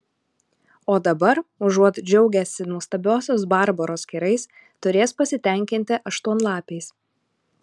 o dabar užuot džiaugęsi nuostabiosios barbaros kerais turės pasitenkinti aštuonlapiais